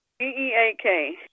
E-E-A-K